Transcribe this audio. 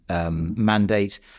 mandate